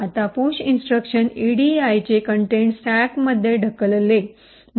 आता push instruction इडीआयचे content स्टॅकमध्ये ढकलेल